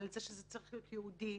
ועל כך שזה צריך להיות ייעודי,